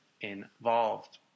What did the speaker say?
involved